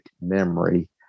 memory